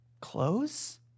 Clothes